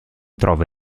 trova